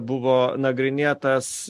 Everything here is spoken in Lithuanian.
buvo nagrinėtas